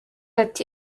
ati